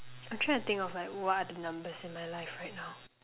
I'm trying to think of like what are the numbers in my life right now